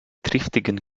triftigen